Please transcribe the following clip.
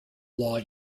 law